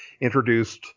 introduced